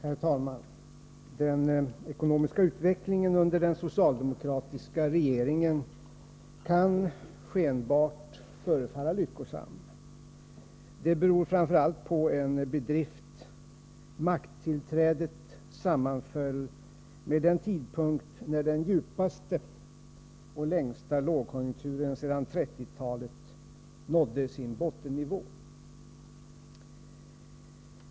Herr talman! Den ekonomiska utvecklingen under den socialdemokratiska regeringen kan skenbart förefalla lyckosam. Det beror framför allt på en bedrift: Makttillträdet sammanföll med den tidpunkt när den djupaste och långvarigaste lågkonjunkturen sedan 1930-talet nådde sin bottennivå.